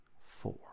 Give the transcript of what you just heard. four